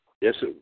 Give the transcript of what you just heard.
Yes